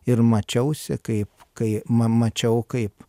ir mačiausi kaip kai ma mačiau kaip